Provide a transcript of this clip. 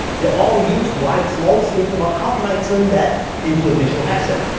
they're all used. why? cause i'm always thinking about how can i turn that into a digital asset.